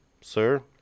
Sir